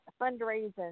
fundraising